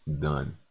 done